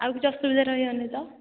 ଆଉ କିଛି ଅସୁବିଧା ରହିବନି ତ